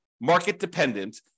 market-dependent